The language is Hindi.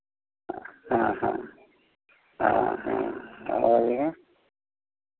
हाँ हाँ हाँ